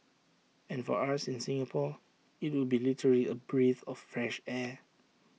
and for us in Singapore IT would be literally A breath of fresh air